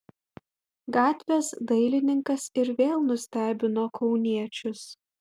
gatvės dailininkas ir vėl nustebino kauniečius